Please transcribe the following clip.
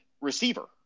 receiver